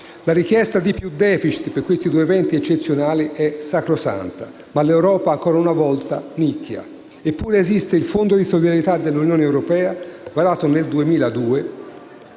La richiesta di più *deficit* per questi due eventi eccezionali è sacrosanta, ma l'Europa, ancora una volta, nicchia. Eppure esiste il Fondo di solidarietà dell'Unione europea, varato nel 2002